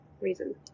reason